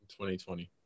2020